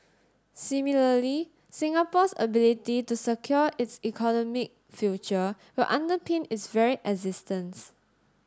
similarly Singapore's ability to secure its economic future will underpin its very existence